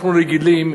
אנחנו רגילים,